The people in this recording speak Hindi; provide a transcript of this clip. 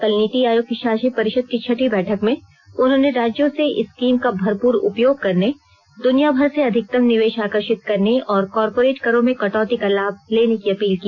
कल नीति आयोग की शासी परिषद की छठी बैठक में उन्होंने राज्यों से इस स्कीम का भरपूर उपयोग करने दुनियाभर से अधिकतम निवेश आकर्षित करने और कॉरपोरेट करों में कटौती का लाभ लेने की अपील की